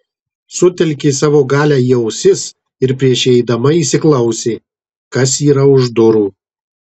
sutelkė savo galią į ausis ir prieš įeidama įsiklausė kas yra už durų